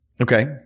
Okay